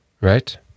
Right